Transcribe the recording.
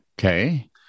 okay